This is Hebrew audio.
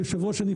היושב-ראש,